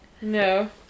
No